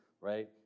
right